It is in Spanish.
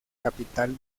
capital